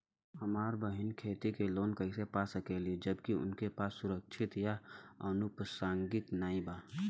हमार बहिन खेती के लोन कईसे पा सकेली जबकि उनके पास सुरक्षा या अनुपरसांगिक नाई बा?